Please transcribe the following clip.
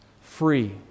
free